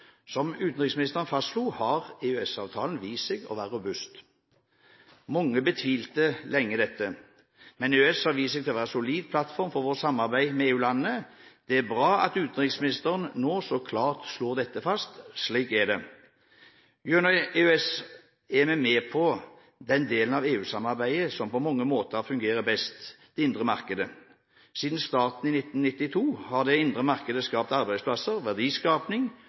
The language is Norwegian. Som utenriksministeren fastslo, har EØS-avtalen vist seg å være robust. Mange betvilte lenge dette, men EØS-avtalen har vist seg å være en solid plattform for vårt samarbeid med EU-landene. Det er bra at utenriksministeren nå så klart slår dette fast; slik er det. Gjennom EØS-avtalen er vi med på den delen av EU-samarbeidet som på mange måter fungerer best: det indre marked. Siden starten i 1992 har det indre marked skapt arbeidsplasser,